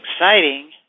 exciting